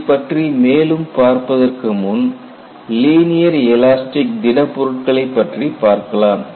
இதைப்பற்றி மேலும் பார்ப்பதற்கு முன் லீனியர் எலாஸ்டிக் திடப் பொருட்களை பற்றி பார்க்கலாம்